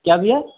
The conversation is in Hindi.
क्या भैया